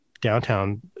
downtown